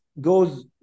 goes